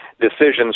decisions